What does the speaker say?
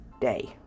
day